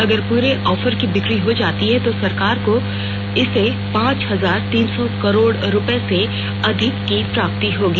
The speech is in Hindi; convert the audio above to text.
अगर पूरे ऑफर की बिक्री हो जाती है तो सरकार को इससे पांच हजार तीन सौ करोड रूपये से अधिक की प्राप्ति होगी